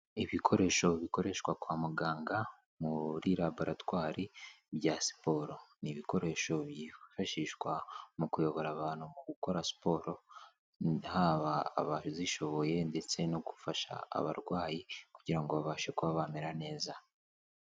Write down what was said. Ibikoresho bikoreshwa kwa muganga muri raboratwari bya siporo. Ni ibikoresho byifashishwa mu kuyobora abantu mu gukora siporoba haba abazishoboye ndetse no gufasha abarwayi kugira ngo babashe kuba bamera neza.